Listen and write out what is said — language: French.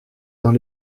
dans